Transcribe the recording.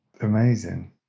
amazing